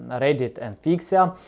reddit and fixya,